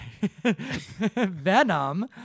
venom